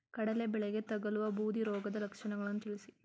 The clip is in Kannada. ಕಡಲೆ ಬೆಳೆಗೆ ತಗಲುವ ಬೂದಿ ರೋಗದ ಲಕ್ಷಣಗಳನ್ನು ತಿಳಿಸಿ?